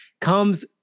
comes